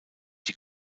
die